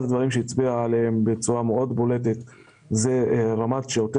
הדברים שהיא הצביעה עליו בצורה מאוד בולטת הוא רמת שירותי